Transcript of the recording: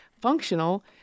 functional